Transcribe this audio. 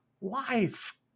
life